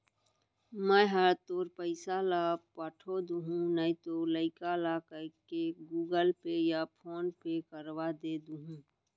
मैं हर तोर पइसा ल पठो दुहूँ नइतो लइका ल कइके गूगल पे या फोन पे करवा दे हूँ